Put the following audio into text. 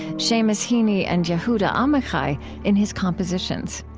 seamus heaney, and yehuda amichai in his compositions.